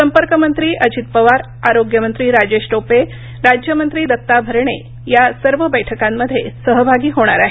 संपर्क मंत्री अजित पवार आरोग्य मंत्री राजेश टोपे राज्यमंत्री दत्ता भरणे या सर्व बैठकांमध्ये सहभागी होणार आहेत